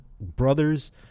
brothers